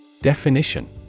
Definition